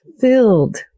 filled